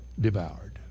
devoured